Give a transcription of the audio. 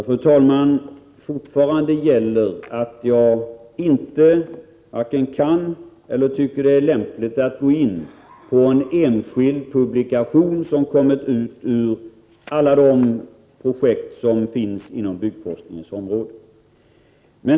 Fru talman! Fortfarande gäller att jag varken kan eller finner det lämpligt att gå in på en enskild publikation som kommit från något av alla de projekt som finns på byggforskningens område.